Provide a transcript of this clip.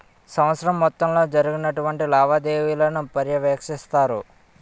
సంవత్సరం మొత్తంలో జరిగినటువంటి లావాదేవీలను పర్యవేక్షిస్తారు